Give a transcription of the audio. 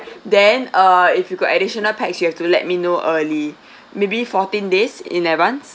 then uh if you got additional pax you have to let me know early maybe fourteen days in advance